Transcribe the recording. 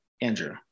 Andrew